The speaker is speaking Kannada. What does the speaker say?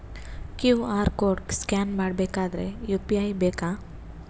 ಕ್ಯೂ.ಆರ್ ಕೋಡ್ ಸ್ಕ್ಯಾನ್ ಮಾಡಬೇಕಾದರೆ ಯು.ಪಿ.ಐ ಬೇಕಾ?